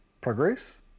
progress